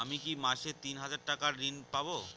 আমি কি মাসে তিন হাজার টাকার ঋণ পাবো?